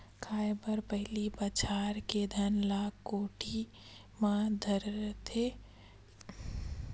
खाए बर पहिली बछार के धान ल कोठी म धरथे अउ बाकी ल बेचे बर राखे जाथे